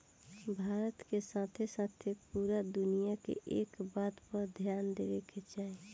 भारत के साथे साथे पूरा दुनिया के एह बात पर ध्यान देवे के चाही